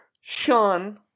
Sean